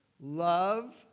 love